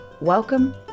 welcome